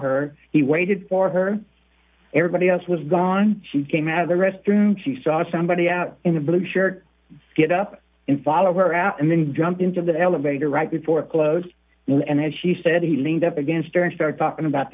her he waited for her everybody else was gone she came out of the restroom she saw somebody out in the blue shirt get up in follow her out and then jump into the elevator right before it closed and then she said he leaned up against her and start talking about